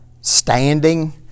standing